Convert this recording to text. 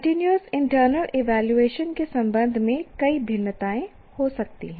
continuous internal evaluation के संबंध में कई भिन्नताएं हो सकती हैं